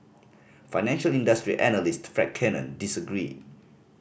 financial industry analyst Fred Cannon disagreed